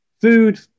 food